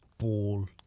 ball